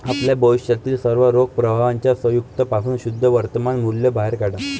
आपल्या भविष्यातील सर्व रोख प्रवाहांच्या संयुक्त पासून शुद्ध वर्तमान मूल्य बाहेर काढा